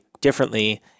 differently